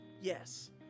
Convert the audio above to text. Yes